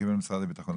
שקיבל ממשרד הביטחון,